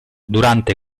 durante